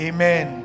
Amen